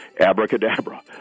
abracadabra